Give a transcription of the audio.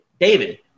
David